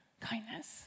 Kindness